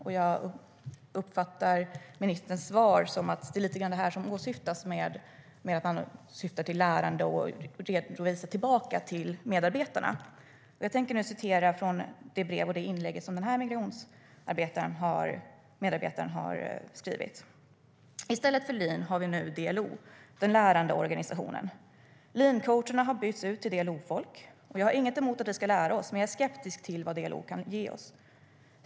".Jag uppfattar ministerns svar som att det är det som åsyftas, lärande och att redovisa tillbaka till medarbetarna. Jag tänker nu citera från det brev och det inlägg som medarbetaren på Migrationsverket har skrivit: "I stället för lean har vi nu DLO - Den Lärande Organisationen! Lean-coacherna har bytts ut till DLO-folk. Jag har inget emot att vi ska 'lära oss', men jag är skeptisk till vad DLO kan ge oss.